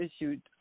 issued